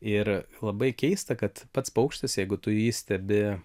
ir labai keista kad pats paukštis jeigu tu jį stebi